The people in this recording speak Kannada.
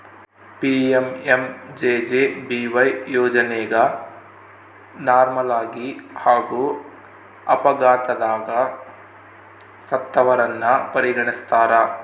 ಪಿ.ಎಂ.ಎಂ.ಜೆ.ಜೆ.ಬಿ.ವೈ ಯೋಜನೆಗ ನಾರ್ಮಲಾಗಿ ಹಾಗೂ ಅಪಘಾತದಗ ಸತ್ತವರನ್ನ ಪರಿಗಣಿಸ್ತಾರ